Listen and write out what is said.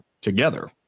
together